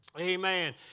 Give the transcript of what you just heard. Amen